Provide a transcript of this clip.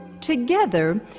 Together